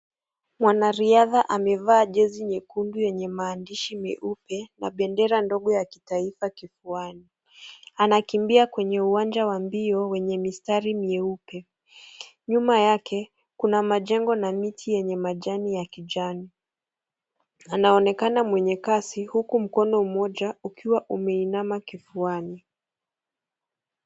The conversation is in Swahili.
Mwanariadha amevaa jezi nyekundu yenye maandishi meupe na bendera ndogo ya kitaifa kifuani. Anakimbia kwenye uwanja wa mbio wenye mistari meupe, nyuma yake kuna majengo na miti yenye majani ya kijani , anaonekana mwenye kasi huku mkono moja ikiwa umeinama kifuani.